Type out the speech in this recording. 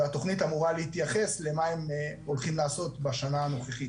והתכנית אמורה להתייחס למה הם הולכים לעשות בשנה הנוכחית.